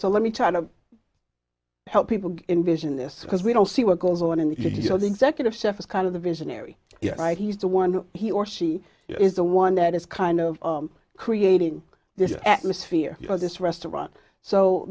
so let me try to help people envision this because we don't see what goes on and you know the executive chef is kind of the visionary yeah right he's the one who he or she is the one that is kind of creating this atmosphere of this restaurant so